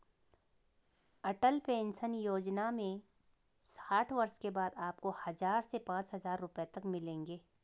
अटल pension Yojana में साठ वर्ष के बाद आपको हज़ार से पांच हज़ार रुपए तक मिलेंगे